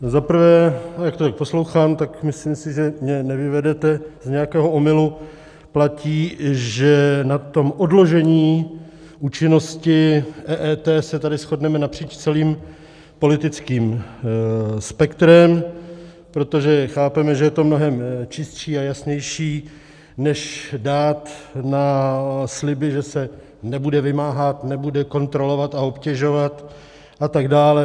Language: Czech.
Zaprvé, a jak to tady poslouchám, myslím si, že mě nevyvedete z nějakého omylu, platí, že na odložení účinnosti EET se tady shodneme napříč celým politickým spektrem, protože chápeme, že je to mnohem čistší a jasnější než dát na sliby, že se nebude vymáhat, nebude kontrolovat a obtěžovat a tak dále.